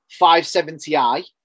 570i